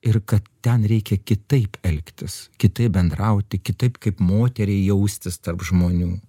ir kad ten reikia kitaip elgtis kitaip bendrauti kitaip kaip moteriai jaustis tarp žmonių